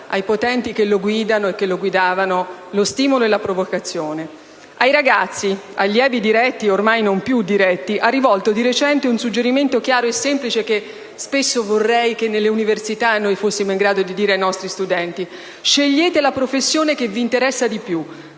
ai potenti che lo guidano e che lo guidavano lo stimolo e la provocazione. Ai ragazzi, allievi diretti e ormai non più diretti, ha rivolto di recente un suggerimento chiaro e semplice che vorrei fossimo in grado di dare ai nostri studenti nelle università: scegliete la professione che vi interessa di più;